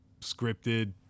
scripted